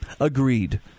Agreed